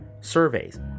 surveys